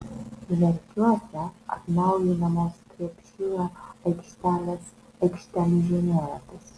verkiuose atnaujinamos krepšinio aikštelės aikštelių žemėlapis